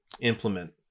implement